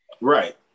Right